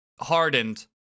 hardened